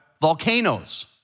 volcanoes